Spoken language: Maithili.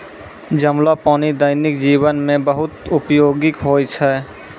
जमलो पानी दैनिक जीवन मे भी बहुत उपयोगि होय छै